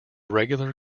regular